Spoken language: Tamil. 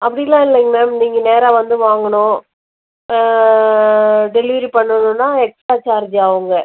அப்படிலாம் இல்லைங்க மேம் நீங்கள் நேராக வந்து வாங்கணும் டெலிவரி பண்ணணுனால் எக்ஸ்ட்ரா சார்ஜ் ஆகுங்க